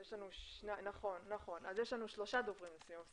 יש לנו שלושה דוברים לסיום,